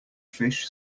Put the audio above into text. fish